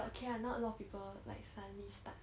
okay lah not a lot of people like suddenly start